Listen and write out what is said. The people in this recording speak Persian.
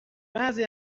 بعضی